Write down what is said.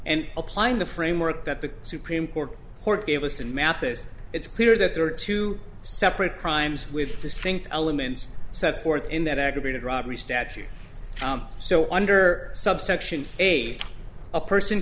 and applying the framework that the supremes court gave us and map this it's clear that there are two separate crimes with distinct elements set forth in that aggravated robbery statute so under subsection eight a person